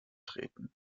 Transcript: treten